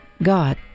God